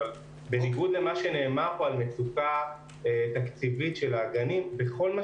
אבל בניגוד למה שנאמר פה על מצוקה תקציבית של הגנים בכל מה